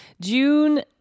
june